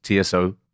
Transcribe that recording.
TSO